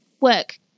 work